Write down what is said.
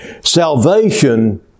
Salvation